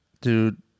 Dude